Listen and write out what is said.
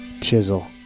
chisel